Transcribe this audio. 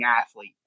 athlete